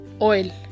oil